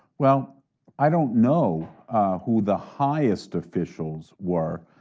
well i don't know who the highest officials were.